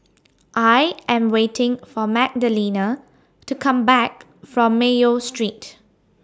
I Am waiting For Magdalena to Come Back from Mayo Street